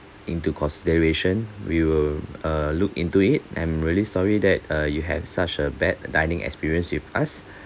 into consideration we will err look into it I'm really sorry that err you have such a bad dining experience with us